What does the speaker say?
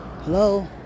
Hello